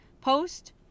post